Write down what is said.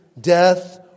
death